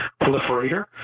proliferator